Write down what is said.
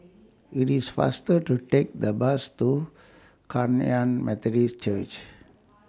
IT IS faster to Take The Bus to Kum Yan Methodist Church